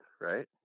right